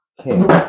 king